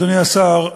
אדוני השר,